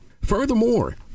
Furthermore